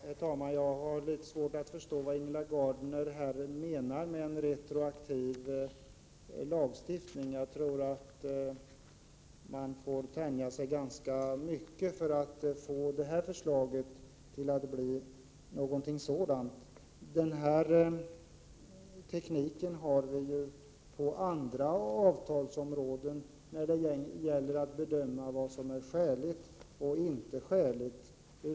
Herr talman! Jag har svårt att förstå vad Ingela Gardner menar med en retroaktiv lagstiftning. Jag tror att man får tänja sig ganska mycket för att få det här förslaget till att bli någonting sådant. Den här tekniken har vi ju på andra avtalsområden när det gäller för nämnder att bedöma vad som är skäligt och inte skäligt.